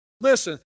Listen